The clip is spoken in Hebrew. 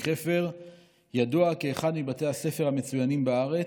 חפר ידוע כאחד מבתי הספר המצוינים בארץ.